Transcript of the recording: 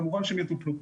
כמובן שהם יטופלו.